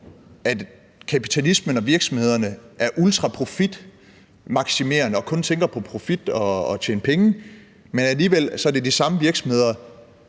at kapitalismen og virksomhederne er ultraprofitmaksimerende og kun tænker på profit og at tjene penge, men alligevel er det de samme virksomheder,